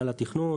כמו מינהל התכנון,